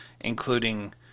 including